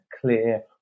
clear